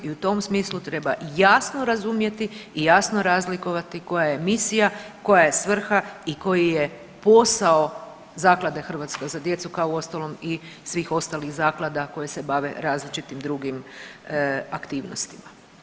I u tom smislu treba jasno razumjeti i jasno razlikovati koja je misija, koja je svrha i koji je posao Zaklade „Hrvatska za djecu“ kao i uostalom svih ostalih zaklada koje se bave različitim drugim aktivnostima.